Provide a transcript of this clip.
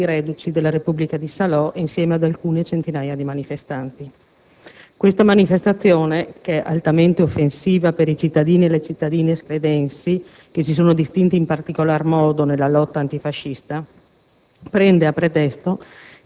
una manifestazione-corteo dei reduci della Repubblica di Salò insieme ad alcune centinaia di manifestanti. Questa manifestazione, che è altamente offensiva per i cittadini e le cittadine scledensi, che si sono distinti in particolare modo nella lotta antifascista,